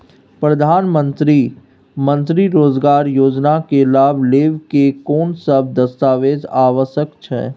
प्रधानमंत्री मंत्री रोजगार योजना के लाभ लेव के कोन सब दस्तावेज आवश्यक छै?